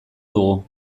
dugu